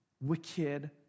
wicked